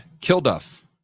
Kilduff